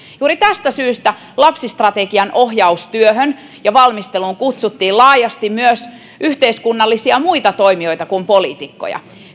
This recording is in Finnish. juuri tästä syystä lapsistrategian ohjaustyöhön ja valmisteluun kutsuttiin laajasti myös muita yhteiskunnallisia toimijoita kuin poliitikkoja